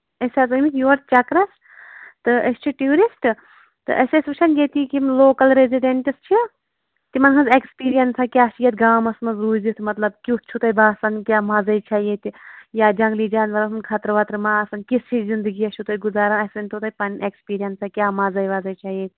أسۍ حظ آمٕتۍ یور چَکرَس تہٕ أسۍ چھِ ٹوٗرِسٹہٕ تہٕ أسۍ ٲسۍ وُچھان ییٚتہِ کہِ یِم لوکَل ریذِڈینٹٕس چھِ تِمن ہٕنٛز اٮ۪کٔسپیٖرینَساہ کیٛاہ چھِ یَتھ گامَس منٛز روٗزِتھ مطلب کٮُ۪تھ چھُو تۄہہِ باسان کیٛاہ مَزے چھا ییٚتہِ یا جَنگلی جَانورَن ہُنٛد خطرٕ وَترٕ ما آسان کِژھ ہِش زِنٛدگی یا چھِو تُہۍ گُزاران اَسہِ ؤنۍتو تُہۍ پَنٕنۍ اٮ۪کٔسپیٖرینَساہ کیٛاہ مَزے وزَے چھا ییٚتہِ